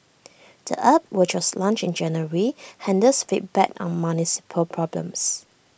the app which was launched in January handles feedback on municipal problems